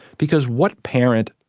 because what parent,